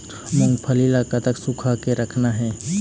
मूंगफली ला कतक सूखा के रखना हे?